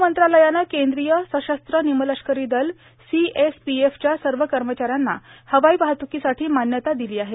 गृहमंत्रालयानं केंद्रीय सशस्त्र निमलष्करी दल सीएसपीएफच्या सर्व कर्मचाऱ्यांना हवाई वाहतुकीसाठी मान्यता दिली आहे